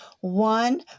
one